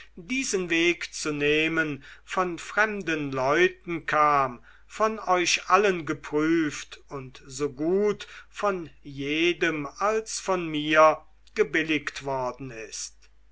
diesen weg zu nehmen von fremden leuten kam von euch allen geprüft und so gut von jedem als von mir gebilligt worden ist